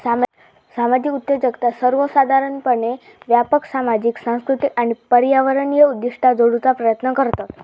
सामाजिक उद्योजकता सर्वोसाधारणपणे व्यापक सामाजिक, सांस्कृतिक आणि पर्यावरणीय उद्दिष्टा जोडूचा प्रयत्न करतत